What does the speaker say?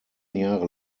jahre